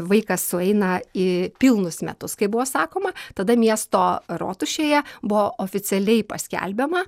vaikas sueina į pilnus metus kaip buvo sakoma tada miesto rotušėje buvo oficialiai paskelbiama